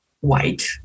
white